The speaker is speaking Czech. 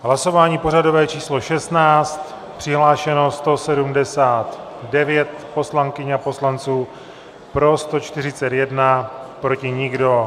Hlasování pořadové číslo 16, přihlášeno 179 poslankyň a poslanců, pro 141, proti nikdo.